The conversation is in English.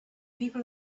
people